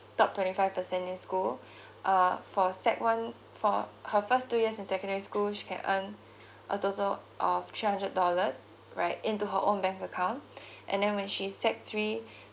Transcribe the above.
top twenty five percent in school uh for sec one for her first two years in secondary school she can earn a total of three hundred dollars right into her own bank account and then when she sec three